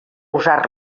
usar